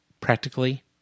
Practically